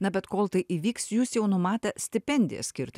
na bet kol tai įvyks jūs jau numatę stipendiją skirti